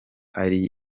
ari